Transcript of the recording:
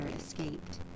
escaped